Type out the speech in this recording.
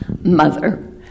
mother